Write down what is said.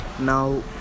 Now